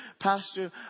Pastor